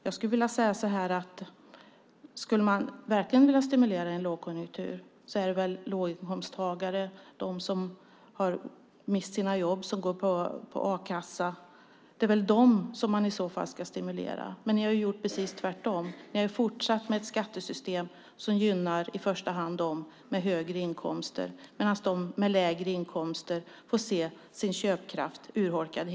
Jag skulle vilja säga att om man verkligen skulle vilja stimulera i en lågkonjunktur så är det väl låginkomsttagare, de som har mist sina jobb och de som går på a-kassa man i så fall ska stimulera. Ni har gjort precis tvärtom. Ni har fortsatt med ett skattesystem som gynnar i första hand de med högre inkomster, medan de med lägre inkomster hela tiden får se sin köpkraft urholkad.